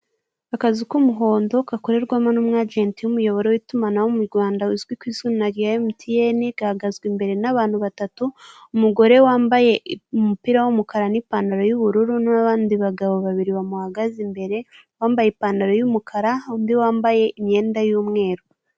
Akazu k'umuhondo gakorerwamo n'umwajenti w'umuyoboro w'itumanaho mu Rwanda uzwi ku izina rya emutiyene, gahagazwe imbere n'abantu batatu, umugore wambaye umupira w'umukara n'ipantaro y'ubururu n'abandi bagabo babiri bamuhagaze imbere, uwambaye ipantaro y'umukara, undi wambaye imyenda y'umweru.